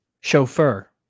chauffeur